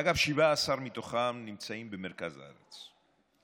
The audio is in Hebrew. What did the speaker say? אגב, 17 מתוכם נמצאים במרכז הארץ.